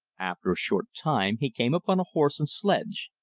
after a short time he came upon a horse and sledge.